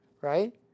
Right